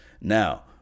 Now